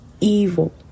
evil